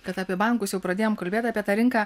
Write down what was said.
kad apie bankus jau pradėjom kalbėt apie tą rinką